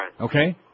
Okay